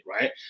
right